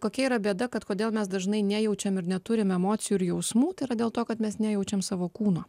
kokia yra bėda kad kodėl mes dažnai nejaučiame ir neturime emocijų ir jausmų tai yra dėl to kad mes nejaučiam savo kūno